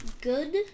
good